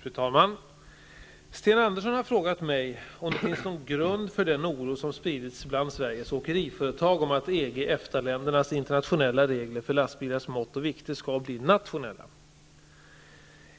Fru talman! Sten Andersson i Malmö har frågat mig om det finns någon grund för den oro som spridits bland Sveriges åkeriföretag om att EG--EFTA ländernas internationella regler för lastbilars mått och vikter skall bli nationella.